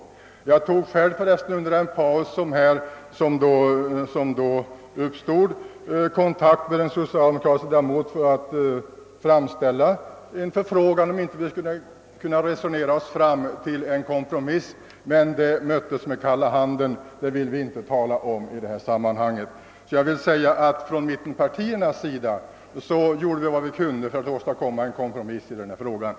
Själv tog jag under en paus som uppstod kontakt med en socialdemokratisk ledamot för att framställa en förfrågan huruvida det inte skulle vara möjligt resonera sig fram till en kompromiss, men denna förfrågan möttes med kalla handen.